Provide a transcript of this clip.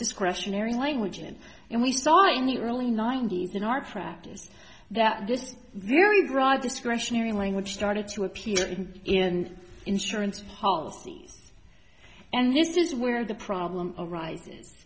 discretionary language in and we saw in the early ninety's in our practice that this is very broad discretionary language started to appear in insurance policy and this is where the problem arises